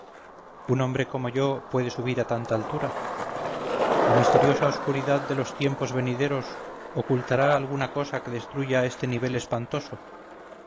un hombre como yo puede subir a tanta altura la misteriosa oscuridad de los tiempos venideros ocultará alguna cosa que destruya este nivel espantoso